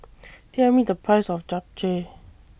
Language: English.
Tell Me The Price of Japchae